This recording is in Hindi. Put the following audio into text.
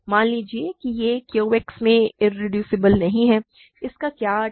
मान लीजिए कि यह Q X में इरेड्यूसेबल नहीं है इसका क्या अर्थ है